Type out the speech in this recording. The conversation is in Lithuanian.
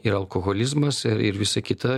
ir alkoholizmas ir ir visa kita